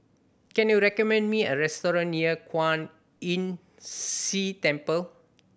can you recommend me a restaurant near Kwan Imm See Temple